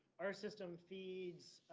our system feeds